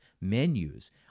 menus